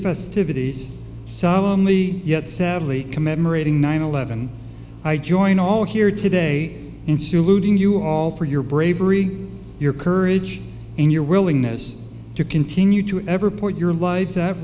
festivities solemn lee yet sadly commemorating nine eleven i join all here today in saluting you all for your bravery your courage and your willingness to continue to ever put your lives at